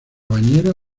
bañera